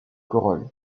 corolle